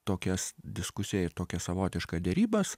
tokias diskusiją ir tokią savotišką derybas